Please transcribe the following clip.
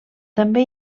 també